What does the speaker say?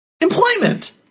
Employment